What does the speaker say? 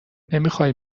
نمیخوای